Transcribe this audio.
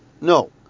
no